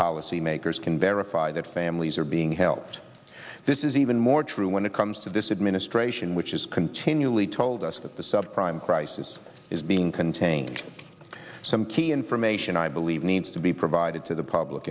policy makers can verify that families are being helped this is even more true when it comes to this administration which is continually told us that the sub prime crisis is being contained some key information i believe needs to be provided to the public